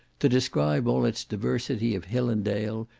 to describe all its diversity of hill and dale,